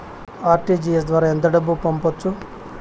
RTGS ద్వారా ఎంత డబ్బు పంపొచ్చు?